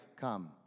come